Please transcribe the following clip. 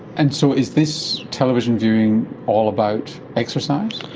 and so is this television viewing all about exercise?